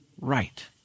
right